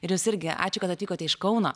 ir jūs irgi ačiū kad atvykote iš kauno